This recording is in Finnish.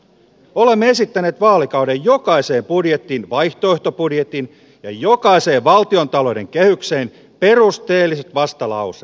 olemme esittäneet vaalikauden jokaiseen budjettiin vaihtoehtobudjetin ja jokaiseen valtiontalouden kehykseen perusteelliset vastalauseet